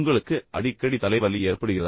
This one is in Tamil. உங்களுக்கு அடிக்கடி தலைவலி ஏற்படுகிறதா